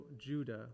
Judah